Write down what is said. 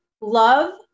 Love